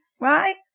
right